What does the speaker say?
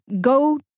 go